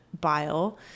bile